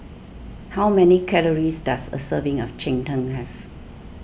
how many calories does a serving of Cheng Tng have